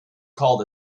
called